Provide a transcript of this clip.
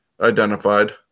identified